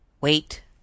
Wait